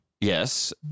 Yes